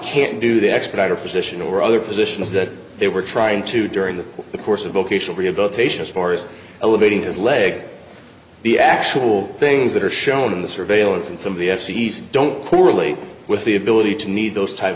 can't do the expediter position or other positions that they were trying to during the course of vocational rehabilitation as far as elevating his leg the actual things that are shown in the surveillance and some of the f c s don't correlate with the ability to need those type